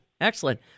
excellent